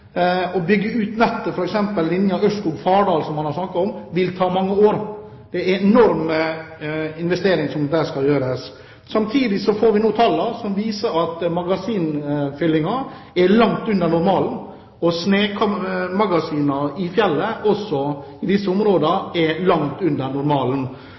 Å bygge ut nettet, f.eks. linjen Ørskog–Fardal, som han snakket om, vil ta mange år. Det er enorme investeringer som skal gjøres der. Samtidig får vi nå tallene som viser at magasinfyllingene er langt under normalen, og snømagasinene i fjellet i disse områdene er fylt langt under normalen.